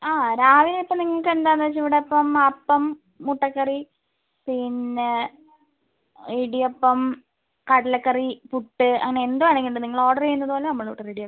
ആ രാവിലെ ഇപ്പം നിങ്ങൾക്ക് എന്താണെന്നു വച്ചാൽ ഇവിടെ ഇപ്പം അപ്പം മുട്ടക്കറി പിന്നെ ഇടിയപ്പം കടലക്കറി പുട്ട് അങ്ങനെ എന്ത് വേണമെങ്കിലും ഉണ്ട് നിങ്ങൾ ഓർഡർ ചെയ്യുന്നതുപോലെ നമ്മൾ ഇവിടെ റെഡിയാക്കും